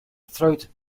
throat